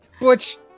Butch